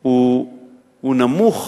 הוא נמוך